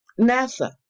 nasa